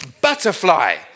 butterfly